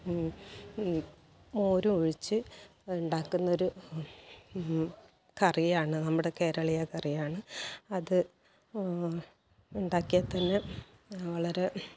മോരൊഴിച്ച് ഉണ്ടാക്കുന്നൊരു കറിയാണ് നമ്മുടെ കേരളീയ കറിയാണ് അത് ഉണ്ടാക്കിയ തന്നെ വളരെ